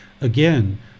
Again